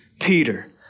Peter